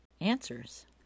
Answers